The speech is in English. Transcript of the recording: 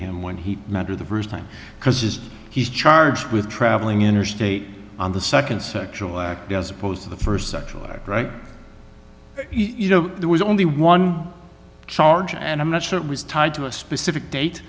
him when he met or the first time because he's charged with traveling interstate on the second sexual act as opposed to the first sexual act right you know there was only one charge and i'm not sure it was tied to a specific